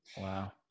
Wow